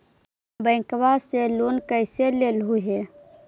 बैंकवा से लेन कैसे लेलहू हे?